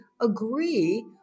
agree